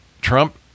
Trump